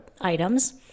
items